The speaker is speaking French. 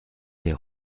les